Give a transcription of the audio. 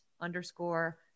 underscore